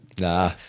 Nah